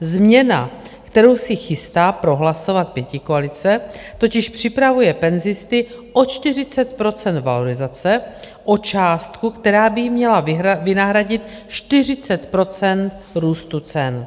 Změna, kterou si chystá prohlasovat pětikoalice, totiž připravuje penzisty o 40 % valorizace, o částku, která by jim měla vynahradit 40 % růstu cen.